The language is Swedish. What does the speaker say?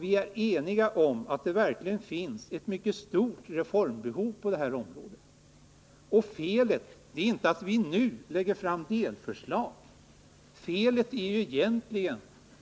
Vi är eniga om att det verkligen finns ett mycket stort reformbehov på detta område. Felet är inte att vi lägger fram delförslag. Felet är egentligen